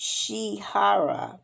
Shihara